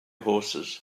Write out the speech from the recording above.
horses